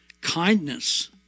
kindness